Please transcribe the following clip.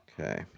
Okay